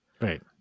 right